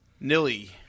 Nilly